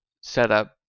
setup